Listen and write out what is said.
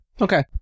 Okay